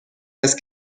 است